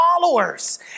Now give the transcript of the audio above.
followers